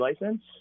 license